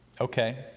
Okay